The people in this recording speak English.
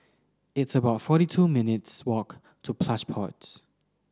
it's about forty two minutes walk to Plush Pods